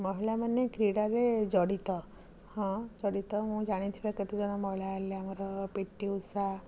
ମହିଳାମାନେ କ୍ରୀଡ଼ାରେ ଜଡ଼ିତ ହଁ ଜଡ଼ିତ ମୁଁ ଜାଣିଥିବା କେତେଜଣ ମହିଳା ହେଲେ ଆମର ପି ଟି ଉଷା